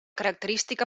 característica